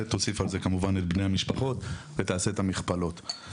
ותוסיף על זה את בני המשפחות ותעשה את המכפלות.